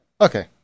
Okay